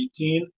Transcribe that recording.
2018